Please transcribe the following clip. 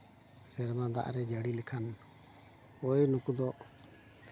ᱥᱮᱨᱢᱟ ᱫᱟᱜᱮ ᱡᱟᱹᱲᱤ ᱞᱮᱠᱷᱟᱱ ᱳᱭ ᱱᱩᱠᱩ ᱫᱚ